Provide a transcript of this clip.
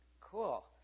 cool